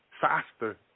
faster